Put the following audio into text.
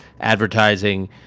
advertising